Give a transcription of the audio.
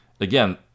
Again